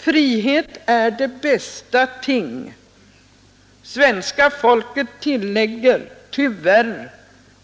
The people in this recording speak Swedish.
”Frihet är det bästa ting” — svenska folket tillägger tyvärr